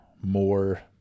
more